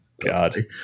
God